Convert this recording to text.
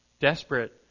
desperate